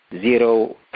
zero